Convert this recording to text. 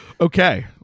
Okay